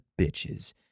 bitches